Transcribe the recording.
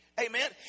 Amen